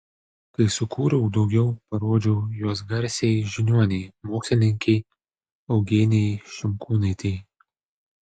kai sukūriau daugiau parodžiau juos garsiajai žiniuonei mokslininkei eugenijai šimkūnaitei